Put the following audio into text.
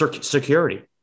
security